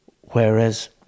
Whereas